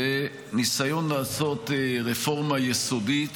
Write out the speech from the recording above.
זה ניסיון לעשות רפורמה יסודית